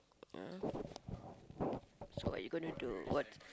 yeah so what are you gonna do what